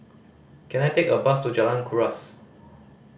can I take a bus to Jalan Kuras